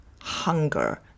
hunger